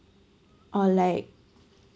or like